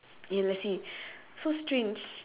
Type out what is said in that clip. shop right does it have the S H O P word